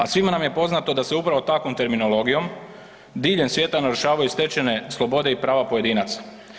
A svima nam je poznato da se upravo takvom terminologijom diljem svijeta narušavaju stečene slobode i prava pojedinaca.